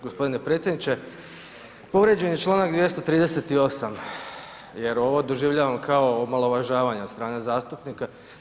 Gospodine predsjedniče povrijeđen je Članak 238. jer ovo doživljavam kao omalovažavanje od strane zastupnika.